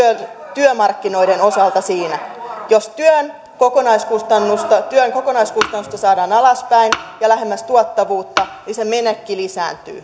työmarkkinoiden osalta siinä jos työn kokonaiskustannusta työn kokonaiskustannusta saadaan alaspäin ja lähemmäs tuottavuutta sen menekki lisääntyy